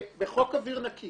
בחוק אוויר נקי